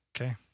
Okay